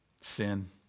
Sin